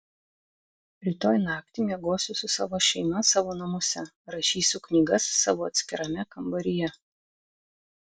rytoj naktį miegosiu su savo šeima savo namuose rašysiu knygas savo atskirame kambaryje